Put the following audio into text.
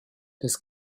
des